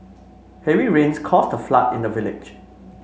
heavy rains caused a flood in the village